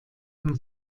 dem